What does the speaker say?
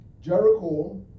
Jericho